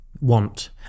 want